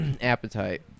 appetite